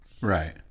right